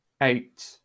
Eight